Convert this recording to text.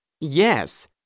Yes